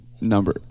number